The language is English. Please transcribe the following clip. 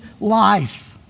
life